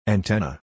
Antenna